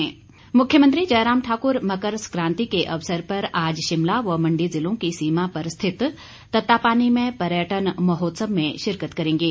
मुख्यमंत्री मुख्यमंत्री जयराम ठाकुर मकर सक्रांति के अवसर पर आज शिमला व मंडी ज़िलों की सीमा पर स्थित ततापानी में पर्यटन महोत्सव में शिरकत करेंगे